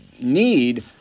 need